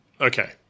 Okay